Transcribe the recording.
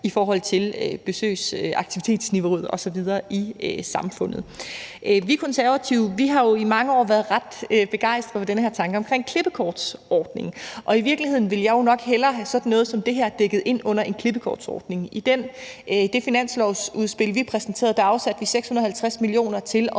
i forhold til besøgs-/aktivitetsniveauet osv. i samfundet. Vi Konservative har jo i mange år været ret begejstret for den her tanke omkring klippekortsordningen, og i virkeligheden ville jeg jo nok hellere have sådan noget som det her dækket ind under en klippekortsordning. I det finanslovsudspil, vi præsenterede, afsatte vi 650 mio. kr. til